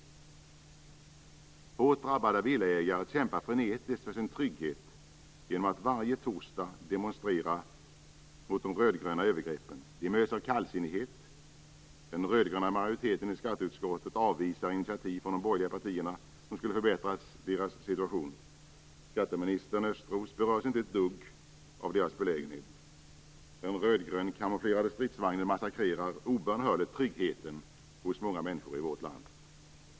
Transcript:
Hårt drabbade villaägare kämpar frenetiskt för sin trygghet genom att varje torsdag demonstrera mot de röd-gröna övergreppen. De möts av kallsinnighet. Den röd-gröna majoriteten i skatteutskottet avvisar initiativ från de borgerliga partierna som skulle förbättra deras situation. Skatteminister Östros berörs inte ett dugg av deras belägenhet. Den röd-grönkamouflerade stridsvagnen massakrerar obönhörligt tryggheten hos många människor i vårt land.